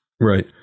Right